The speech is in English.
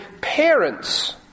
parents